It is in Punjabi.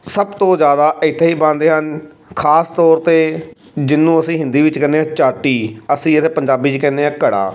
ਸਭ ਤੋਂ ਜ਼ਿਆਦਾ ਇੱਥੇ ਹੀ ਬਣਦੇ ਹਨ ਖਾਸ ਤੌਰ 'ਤੇ ਜਿਹਨੂੰ ਅਸੀਂ ਹਿੰਦੀ ਵਿੱਚ ਕਹਿੰਦੇ ਹਾਂ ਚਾਟੀ ਅਸੀਂ ਇੱਥੇ ਪੰਜਾਬੀ 'ਚ ਕਹਿੰਦੇ ਹਾਂ ਘੜਾ